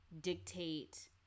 dictate